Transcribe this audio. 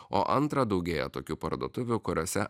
o antra daugėja tokių parduotuvių kuriose